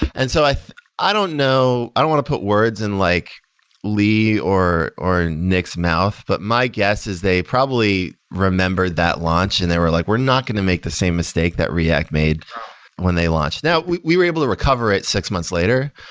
and so i i don't know. i don't want to put words in like lee or or nick's mouth. but my guess is they probably remember that launch and they were like, we're not going to make the same mistake that react made when they launched. now we we were able to recover it six months later,